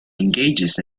engages